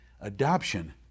Adoption